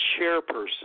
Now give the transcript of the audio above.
chairperson